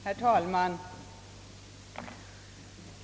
Herr talman!